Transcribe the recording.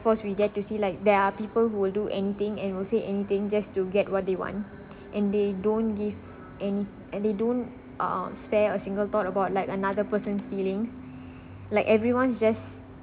first we get to see like there are people who will do anything and will say anything just to get what they want and they don't give any and they don't uh spare a single thought about like another person's feeling like everyone just